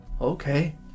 Okay